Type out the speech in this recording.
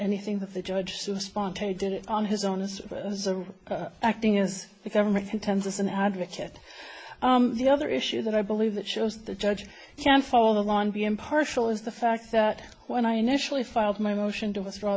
anything that the judge so spontaneous did it on his own as acting as the government contends as an advocate the other issue that i believe that shows the judge can follow the lawn be impartial is the fact that when i initially filed my motion to withdraw